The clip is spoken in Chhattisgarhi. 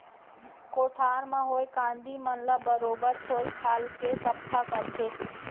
कोठार म होए कांदी मन ल बरोबर छोल छाल के सफ्फा करथे